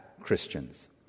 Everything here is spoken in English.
Christians